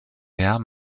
heer